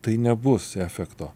tai nebus efekto